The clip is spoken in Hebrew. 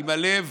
עם הלב